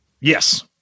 Yes